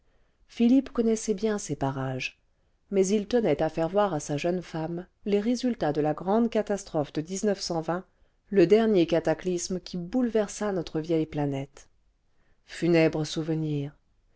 philippe connaissait bien ces parages mais il tenait à faire voir à sa jeune femme les résultats de la grande catastrophe de le dernier cataclysme qui bouleversa notre vieille planète